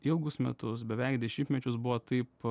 ilgus metus beveik dešimtmečius buvo taip